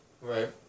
right